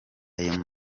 ayo